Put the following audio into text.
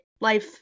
life